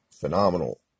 Phenomenal